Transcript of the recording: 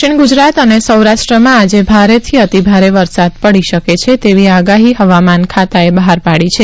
દક્ષિણ ગુજરાત અને સૌરાષ્ટ્રમાં આજે ભારેથી અતિ ભારે વરસાદ પડી શકે છે તેવી આગાહી હવામાન ખાતાએ બહાર પાડી છે